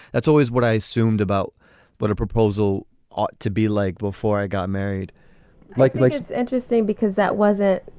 that's always what i assumed about what a proposal ought to be like before i got married like like it's interesting because that was it.